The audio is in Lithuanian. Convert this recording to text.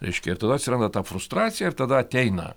reiškia ir tada atsiranda ta frustracija ir tada ateina